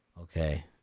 Okay